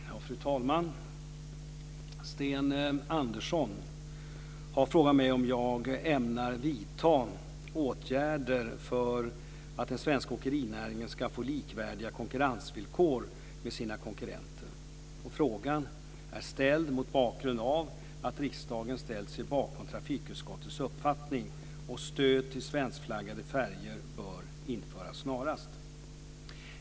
Fru talman! Sten Andersson har frågat mig om jag ämnar vidta åtgärder för att den svenska åkerinäringen ska få likvärdiga konkurrensvillkor med sina konkurrenter. Frågan är ställd mot bakgrund av att riksdagen ställt sig bakom trafikutskottets uppfattning att stöd till svenskflaggade färjor bör införas snarast.